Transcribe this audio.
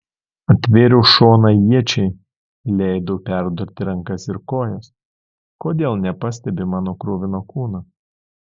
atvėriau šoną iečiai leidau perdurti rankas ir kojas kodėl nepastebi mano kruvino kūno